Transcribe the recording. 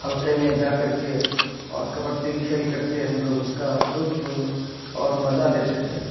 حلقے میں جا کر کے اور کبڈی کھیل کر کے ہم لوگ اس کا لطف اور مزہ لیتے تھے